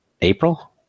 April